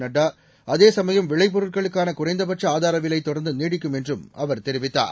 நட்டா அதேசமயம் விளைபொருட்களுக்கான குறைந்தபட்ச ஆதார விலை தொடர்ந்து நீடிக்கும் என்றும் தெரிவித்தார்